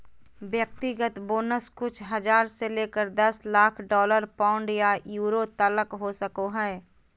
व्यक्तिगत बोनस कुछ हज़ार से लेकर दस लाख डॉलर, पाउंड या यूरो तलक हो सको हइ